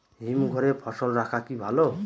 হিমঘরে ফসল রাখা কি ভালো?